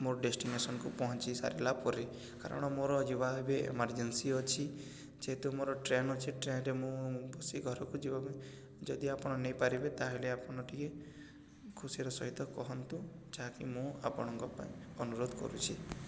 ମୋର ଡ଼େଷ୍ଟିିନେସନ୍କୁ ପହଞ୍ଚେଇ ସାରିଲା ପରେ କାରଣ ମୋର ଯିବା ଭାବେ ଏମର୍ଜେନ୍ସି ଅଛି ଯେହେତୁ ମୋର ଟ୍ରେନ୍ ଅଛି ଟ୍ରେନ୍ରେେ ମୁଁ ବସି ଘରକୁ ଯିବା ପାଇଁ ଯଦି ଆପଣ ନେଇପାରିବେ ତାହେଲେ ଆପଣ ଟିକେ ଖୁସିର ସହିତ କହନ୍ତୁ ଯାହାକି ମୁଁ ଆପଣଙ୍କ ପାଇଁ ଅନୁରୋଧ କରୁଛି